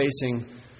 facing